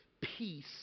peace